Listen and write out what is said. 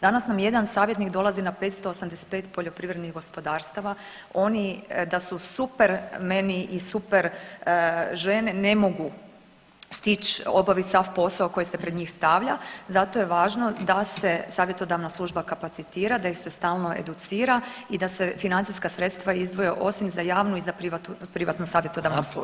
Danas nam jedan savjetnik dolazi na 585 poljoprivrednih gospodarstava, oni da su supermeni i superžene ne mogu stić obavit sav posao koji se pred njih stavnja, zato je važno da se savjetodavna služba kapacitira, da ih se stalno educira i da se financijska sredstva izdvoje osim za javnu i za privatno savjetodavnu